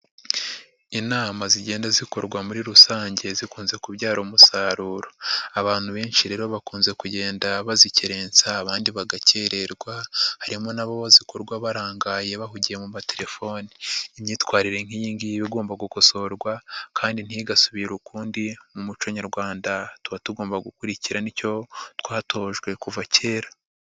Inama zigenda zikorwa muri rusange zikunze kubyara umusaruro, abantu benshi rero bakunze kugenda bazikerensa abandi bagakererwa, harimo n'abo zikorwa barangaye bahugiye mu matelefoni, imyitwarire nk'iyi ngiyi igomba gukosorwa kandi ntigasubire ukundi mu muco nyarwanda, tuba tugomba gukurikirana icyo twatojwe kuva kera.